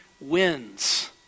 wins